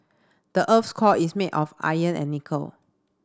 the earth's core is made of iron and nickel